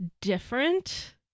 different